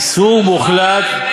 זה איסור כרת.